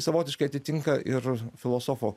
savotiškai atitinka ir filosofo